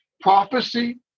Prophecy